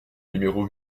numéro